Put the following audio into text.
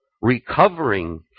recovering